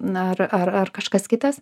ar ar ar kažkas kitas